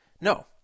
No